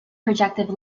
projective